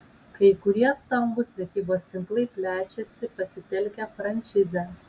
kai kurie stambūs prekybos tinklai plečiasi pasitelkę frančizę